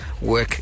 work